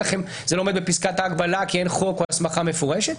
זה לא עומד בפסקת ההגבלה כי אין חוק או הסמכה מפורשת,